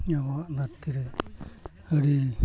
ᱟᱵᱚᱣᱟᱜ ᱫᱷᱟᱹᱨᱛᱤ ᱨᱮ ᱟᱹᱰᱤ